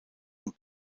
und